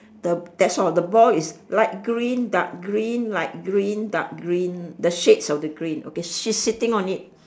the that's all the ball is light green dark green light green dark green the shades of the green okay she's sitting on it